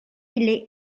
ille